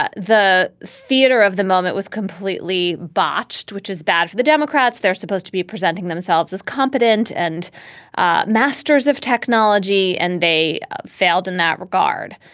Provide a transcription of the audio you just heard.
the theater of the moment was completely botched, which is bad for the democrats. they're supposed to be presenting themselves as competent and ah masters of technology and they failed in that regard.